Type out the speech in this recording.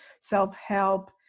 self-help